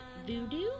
Voodoo